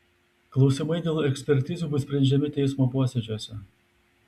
klausimai dėl ekspertizių bus sprendžiami teismo posėdžiuose